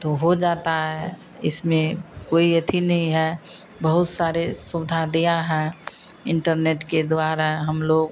तो हो जाता है इसमें कोई अथी नहीं है बहुत सारी सुविधा दी है इन्टरनेट के द्वारा हमलोग